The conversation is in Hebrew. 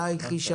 בשמחה.